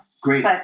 Great